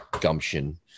gumption